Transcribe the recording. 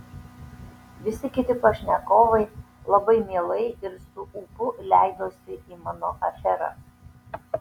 visi kiti pašnekovai labai mielai ir su ūpu leidosi į mano aferą